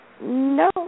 No